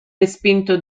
respinto